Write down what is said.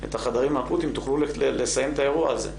את החדרים האקוטיים תוכלו לסיים את האירוע הזה.